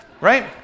right